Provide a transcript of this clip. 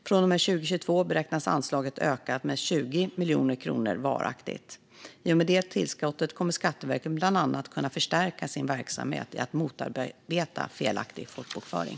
Från och med 2022 beräknas anslaget ökas med 20 miljoner kronor varaktigt. I och med tillskottet kommer Skatteverket bland annat att kunna förstärka sin verksamhet i att motarbeta felaktig folkbokföring.